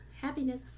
Happiness